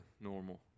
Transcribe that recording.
normal